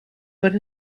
but